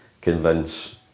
convince